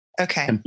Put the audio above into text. okay